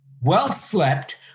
well-slept